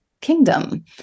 kingdom